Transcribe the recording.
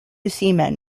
seamen